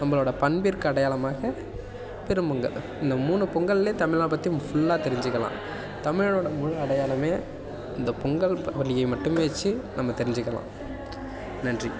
நம்பளோட பண்பிற்கு அடையாளமாக பெரும் பொங்கல் இந்த மூணு பொங்கல்ல தமிழனை பற்றி ஃபுல்லாக தெரிஞ்சிக்கலாம் தமிழனோட முழு அடையாளமே இந்த பொங்கல் பண்டிகையை மட்டுமே வச்சு நம்ம தெரிஞ்சிக்கலாம் நன்றி